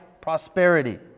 prosperity